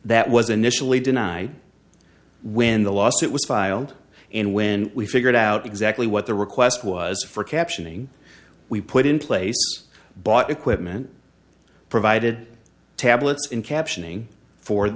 that was initially denied when the lawsuit was filed and when we figured out exactly what the request was for captioning we put in place bought equipment provided tablets and captioning for